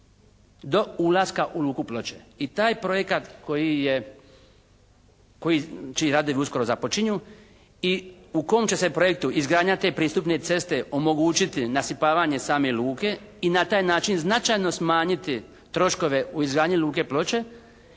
do ulaska u luku Ploče. I taj projekat koji je, koji, čiji radovi uskoro započinju i u kom će se projektu izgradnja te pristupne ceste omogućiti nasipavanje same luke i na taj način značajno smanjiti troškove u izgradnji luke Ploče